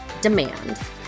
demand